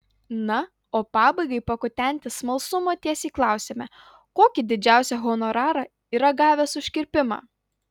na o pabaigai pakutenti smalsumo tiesiai klausiame kokį didžiausią honorarą yra gavęs už kirpimą